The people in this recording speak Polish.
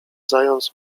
zając